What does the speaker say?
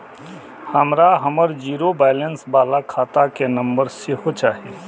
हमरा हमर zero balance बाला खाता के नम्बर सेहो चाही